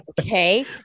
Okay